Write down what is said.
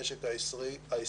למשפחה וגם לכלכלה